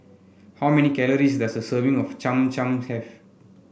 how many calories does a serving of Cham Cham have